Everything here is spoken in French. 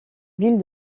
ville